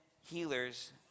healers